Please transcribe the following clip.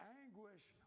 anguish